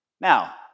Now